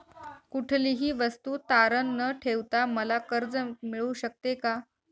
कुठलीही वस्तू तारण न ठेवता मला कर्ज मिळू शकते का?